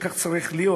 שכך צריך להיות.